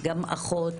גם אחות,